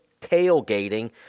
tailgating